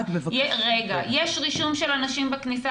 יש רישום של אנשים בכניסה,